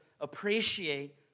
appreciate